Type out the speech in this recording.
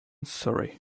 surrey